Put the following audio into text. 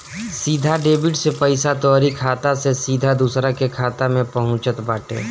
सीधा डेबिट से पईसा तोहरी खाता से सीधा दूसरा के खाता में पहुँचत बाटे